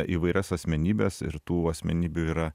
įvairias asmenybes ir tų asmenybių yra